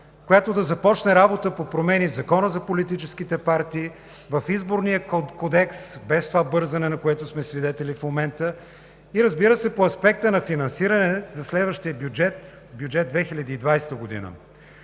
която да започне работа по промени в Закона за политическите партии, в Изборния кодекс, без това бързане, на което сме свидетели в момента, и, разбира се, по аспекта на финансиране за следващия бюджет – Бюджет